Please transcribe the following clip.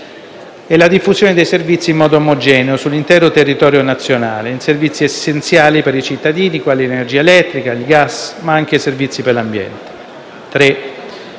e la diffusione dei servizi in modo omogeneo sull'intero territorio nazionale: i servizi essenziali per i cittadini, quali l'energia elettrica e il gas, ma anche i servizi per l'ambiente.